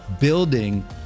building